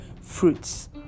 fruits